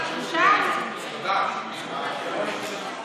גם אני שאלתי.